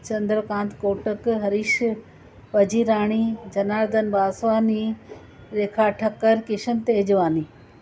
Chandrakant Kotak Harish Vazirani Janardhan Vaswani Rekha Thakkar Kishan Tejwani